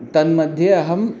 तन्मध्ये अहम्